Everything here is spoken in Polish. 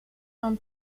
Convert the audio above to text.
mam